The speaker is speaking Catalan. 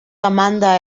demanda